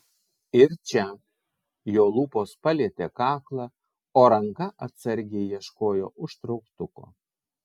ir čia jo lūpos palietė kaklą o ranka atsargiai ieškojo užtrauktuko